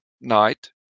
night